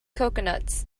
coconuts